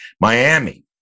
Miami